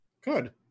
good